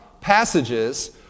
passages